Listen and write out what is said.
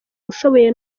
ushoboye